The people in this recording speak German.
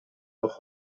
noch